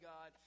God